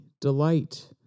delight